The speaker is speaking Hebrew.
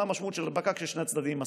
המשמעות של הדבקה כשיש שני צדדים עם מסכה.